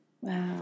Wow